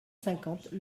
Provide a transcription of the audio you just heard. cinquante